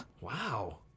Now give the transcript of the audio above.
Wow